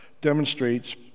demonstrates